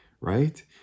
right